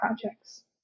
projects